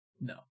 No